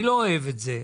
אני לא אוהב את זה.